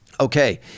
Okay